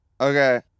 Okay